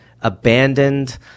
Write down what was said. abandoned